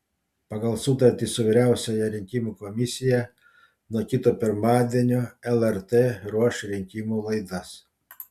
pagal sutartį su vyriausiąja rinkimų komisija nuo kito pirmadienio lrt ruoš rinkimų laidas